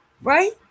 right